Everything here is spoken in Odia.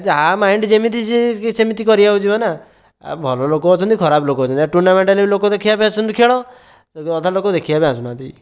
ଯାହା ମାଇଣ୍ଡ ଯେମିତି ସିଏ ସେମିତି କରିବାକୁ ଯିବ ନାଁ ଆଉ ଭଲ ଲୋକ ଅଛନ୍ତି ଖରାପ ଲୋକ ଅଛନ୍ତି ଟୁର୍ଣ୍ଣାମେଣ୍ଟ ହେଲେ ଲୋକ ଦେଖିବା ପାଇଁ ଖେଳ ଅଧା ଲୋକ ଦେଖିବାକୁ ଆସୁନାହାନ୍ତି